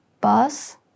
bus